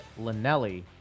Linelli